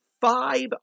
Five